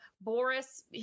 Boris